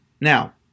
Now